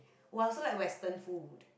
was also like western food